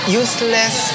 useless